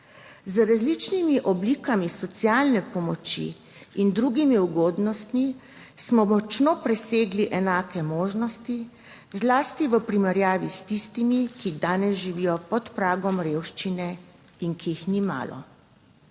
Z različnimi oblikami socialne pomoči in drugimi ugodnostmi smo močno presegli enake možnosti, zlasti v primerjavi s tistimi, ki danes živijo pod pragom revščine in ki jih ni malo.